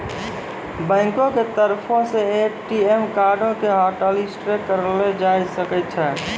बैंको के तरफो से ए.टी.एम कार्डो के हाटलिस्टो करलो जाय सकै छै